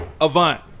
Avant